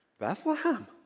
Bethlehem